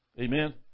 Amen